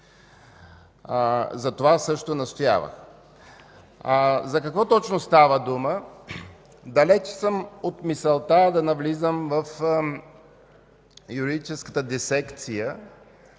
настоявах за това. За какво точно става дума? Далеч съм от мисълта да навлизам в юридическата дисекция